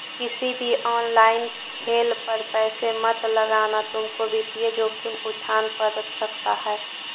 किसी भी ऑनलाइन खेल पर पैसे मत लगाना तुमको वित्तीय जोखिम उठान पड़ सकता है